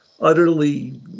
utterly